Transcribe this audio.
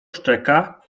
szczeka